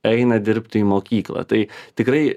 eina dirbti į mokyklą tai tikrai